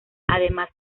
además